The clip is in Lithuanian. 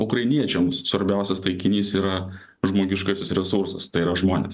ukrainiečiams svarbiausias taikinys yra žmogiškasis resursas tai yra žmonės